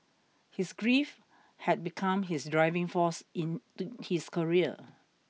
his grief had become his driving force in his career